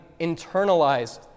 internalized